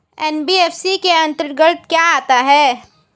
NBFC के अंतर्गत क्या आता है?